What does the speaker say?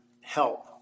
help